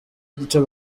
icyo